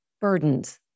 burdened